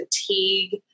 fatigue